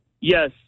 Yes